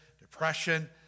depression